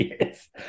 Yes